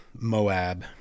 Moab